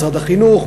משרד החינוך,